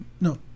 No